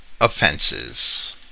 offenses